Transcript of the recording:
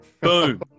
Boom